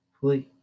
please